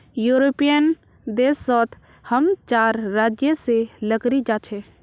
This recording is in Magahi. यूरोपियन देश सोत हम चार राज्य से लकड़ी जा छे